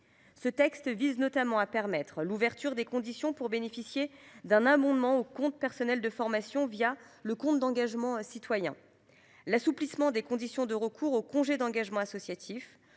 Ce texte vise notamment à permettre l’ouverture des conditions pour bénéficier d’un abondement au compte personnel de formation (CPF), le compte d’engagement citoyen (CEC) ; l’assouplissement des conditions de recours au congé d’engagement associatif